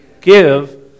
Give